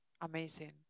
amazing